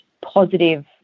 positive